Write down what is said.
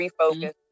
refocus